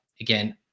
again